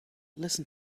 listen